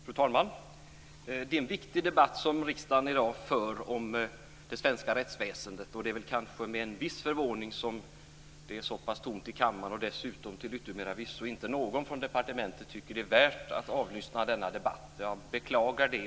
Fru talman! Det är en viktig debatt som riksdagen i dag för om det svenska rättsväsendet. Det är med en viss förvåning som jag noterar att det är så pass tomt i kammaren och att det till yttermera visso inte är någon från departementet som tycker att det är värt att avlyssna denna debatt. Jag beklagar det.